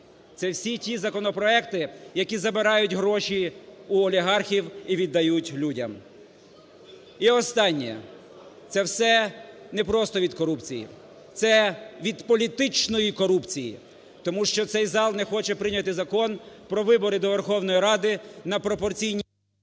Це всі ті законопроекти, які забирають гроші у олігархів і віддають людям. І останнє. Це все не просто від корупції, це від політичної корупції, тому що цей зал не хоче прийняти Закон про вибори до Верховної Ради на пропорційній…